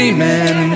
Amen